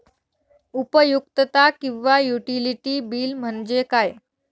उपयुक्तता किंवा utility bill म्हणजे काय?